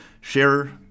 Share